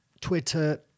Twitter